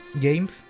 games